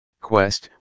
quest